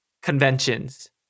conventions